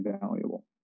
valuable